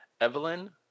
Evelyn